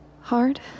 Hard